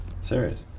Serious